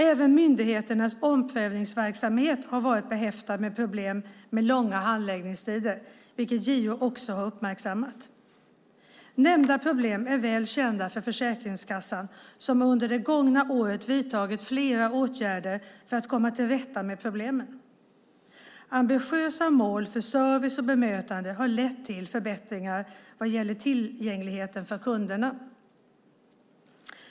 Även myndighetens omprövningsverksamhet har varit behäftad med problem med långa handläggningstider, vilket JO också har uppmärksammat. Nämnda problem är väl kända för Försäkringskassan som under det gångna året har vidtagit flera åtgärder för att komma till rätta med problemen. Ambitiösa mål för service och bemötande har lett till förbättringar vad gäller tillgängligheten för kunderna.